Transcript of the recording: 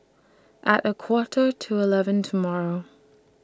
At A Quarter to eleven tomorrow